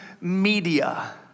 media